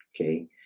okay